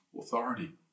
authority